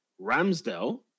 Ramsdale